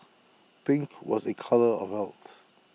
pink was A colour of health